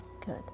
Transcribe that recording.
Good